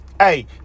Hey